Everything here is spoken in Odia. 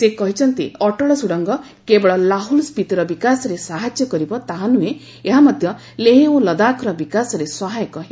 ସେ କହିଛନ୍ତି ଅଟଳ ସୁଡ଼ଙ୍ଗ କେବଳ ଲାହୁଲ ସ୍କିତିର ବିକାଶରେ ସାହାଯ୍ୟ କରିବ ତାହା ନୁହେଁ ଏହା ମଧ୍ୟ ଲେହ ଓ ଲଦାଖର ବିକାଶରେ ସହାୟକ ହେବ